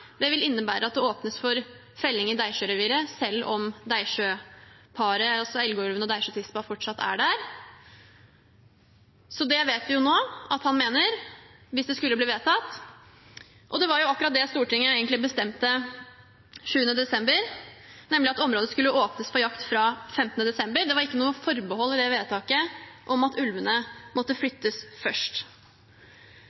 vil innebære at det åpnes for felling i Deisjø-reviret selv om Deisjø-paret, altså Elgå-ulven og Deisjø-tispa, fortsatt er der, så det vet vi nå at han mener, hvis det skulle bli vedtatt. Det var jo akkurat det Stortinget egentlig bestemte 7. desember, nemlig at området skulle åpnes for jakt fra 15. desember. Det var ikke noe forbehold i det vedtaket om at ulvene måtte